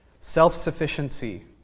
self-sufficiency